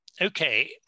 Okay